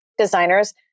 designers